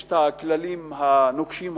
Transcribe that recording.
יש הכללים הנוקשים האלה: